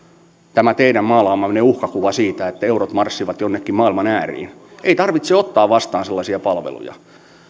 tämä teidän maalaamanne uhkakuva siitä että eurot marssivat jonnekin maailman ääriin ei tarvitse ottaa vastaan sellaisia palveluja